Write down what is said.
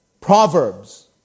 Proverbs